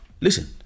Listen